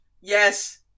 yes